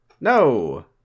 No